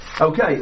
Okay